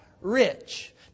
Rich